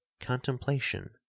contemplation